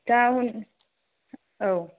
दा औ